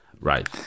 Right